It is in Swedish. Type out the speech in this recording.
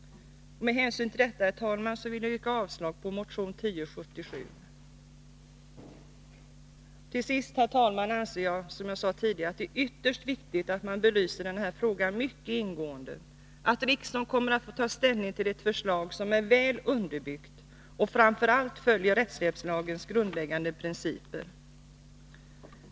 Med hänsyn härtill yrkar jag avslag på motionen 1077. Till sist, herr talman, anser jag att det är ytterst viktigt att man belyser denna fråga mycket ingående och att riksdagen får ta ställning till ett förslag, som är väl underbyggt och framför allt följer rättshjälpslagens grundläggande principer.